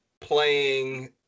playing